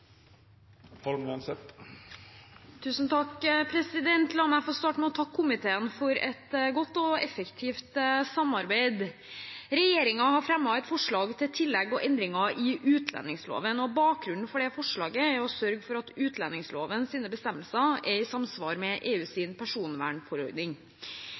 La meg få starte med å takke komiteen for et godt og effektivt samarbeid. Regjeringen har fremmet et forslag til tillegg og endringer i utlendingsloven, og bakgrunnen for det forslaget er å sørge for at utlendingslovens bestemmelser er i samsvar med